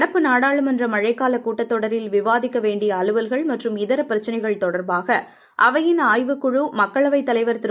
நடப்பு நாடாளுமன்ற மழைக்கால கூட்டத் தொடரில் விவாதிக்க வேண்டிய அலுவல்கள் மற்றம் இதரப் பிரச்சினைகள் தொடர்பாக அவையின் ஆய்வுக் குழு மக்களவைத் தலைவர் திரு